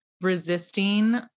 resisting